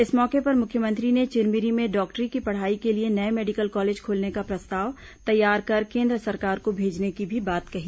इस मौके पर मुख्यमंत्री ने चिरमिरी में डॉक्टरी की पढ़ाई के लिए नये मेडिकल कॉलेज खोलने का प्रस्ताव तैयार कर केन्द्र सरकार को भेजने की भी बात कही